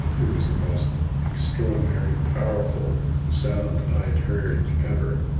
it was the most extraordinary, powerful sound i'd heard ever.